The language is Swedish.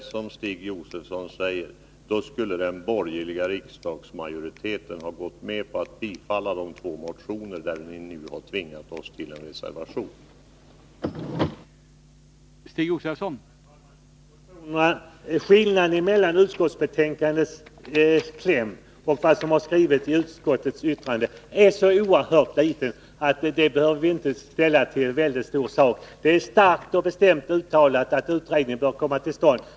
Om det är som Stig Josefson säger, skulle den borgerliga majoriteten ha tillstyrkt de två motioner som ni nu har tvingat oss att avge en reservation till förmån för.